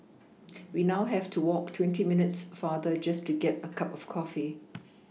we now have to walk twenty minutes farther just to get a cup of coffee